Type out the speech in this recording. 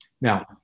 now